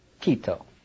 Quito